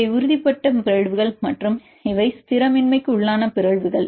இவை உறுதிப்படுத்தப்பட்ட பிறழ்வுகள் மற்றும் இவை ஸ்திரமின்மைக்குள்ளான பிறழ்வுகள்